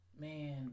man